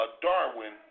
Darwin